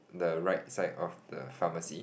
the right side of the pharmacy